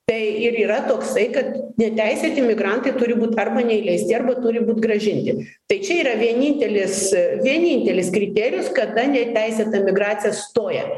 tai ir yra toksai kad neteisėti migrantai turi būt arba neįleisti arba turi būt grąžinti tai čia yra vienintelis vienintelis kriterijus kada neteisėta migracija stoja